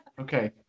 Okay